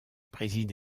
préside